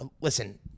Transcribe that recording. listen